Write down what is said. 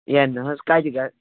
ہے نہٕ حظ کَتہِ گہ